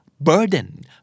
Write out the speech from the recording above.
Burden